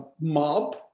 mob